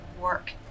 work